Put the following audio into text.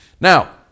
Now